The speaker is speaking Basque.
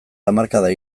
hamarkada